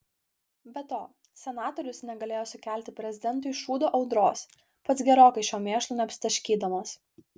be to senatorius negalėjo sukelti prezidentui šūdo audros pats gerokai šiuo mėšlu neapsitaškydamas